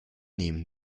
nehmen